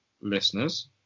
listeners